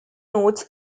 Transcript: notes